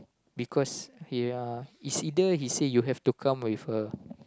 because he ah is either he say you have to come with her